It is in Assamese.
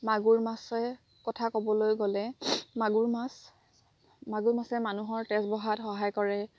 মাগুৰ মাছে কথা ক'বলৈ গ'লে মাগুৰ মাছ মাগুৰ মাছে মানুহৰ তেজ বহাত সহায় কৰে